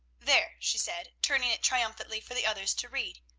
there! she said, turning it triumphantly for the others to read.